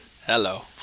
Hello